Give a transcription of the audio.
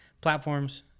platforms